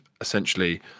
essentially